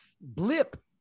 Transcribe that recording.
blip